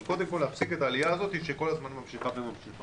אבל קודם כול להפסיק את העלייה הזאת שכל הזמן ממשיכה וממשיכה.